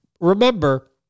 Remember